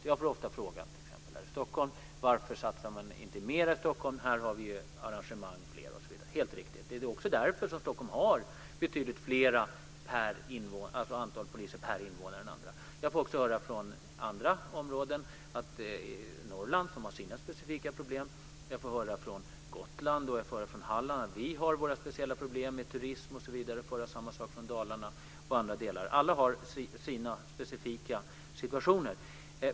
Jag får ofta frågan, t.ex. här i Stockholm, varför man inte satsar mer i Stockholm. Här är ju många arrangemang. Helt riktigt. Det är också därför som Stockholm har betydligt fler poliser per invånare än andra orter. Jag får också höra detta från andra områden, t.ex. Norrland som har sina specifika problem. Jag får höra från Gotland och från Halland att man har speciella problem med turism osv. Samma sak får jag höra från Dalarna och andra delar. Alla har sina specifika situationer.